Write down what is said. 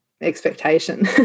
expectation